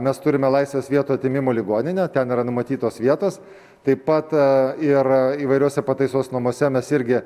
mes turime laisvės vietų atėmimo ligoninę ten yra numatytos vietos taip pat ir įvairiuose pataisos namuose mes irgi